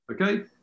okay